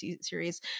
series